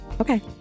Okay